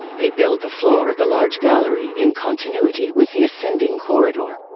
they build the floor of the large gallery in continuity with the ascending corridor.